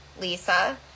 Lisa